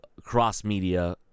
cross-media